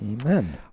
amen